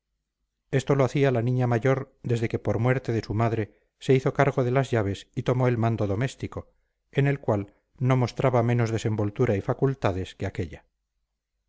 esto lo hacía la niña mayor desde que por muerte de su madre se hizo cargo de las llaves y tomó el mando doméstico en el cual no mostraba menos desenvoltura y facultades que aquella